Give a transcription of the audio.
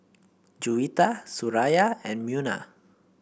Juwita Suraya and Munah